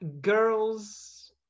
girls